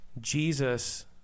Jesus